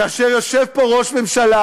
כאשר יושב פה ראש ממשלה